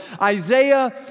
Isaiah